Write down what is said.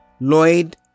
Lloyd